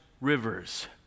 rivers